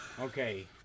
Okay